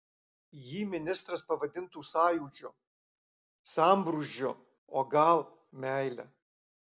jį ministras pavadintų sąjūdžiu sambrūzdžiu o gal meile